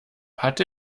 hatte